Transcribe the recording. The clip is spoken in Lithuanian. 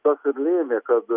tas ir lėmė kad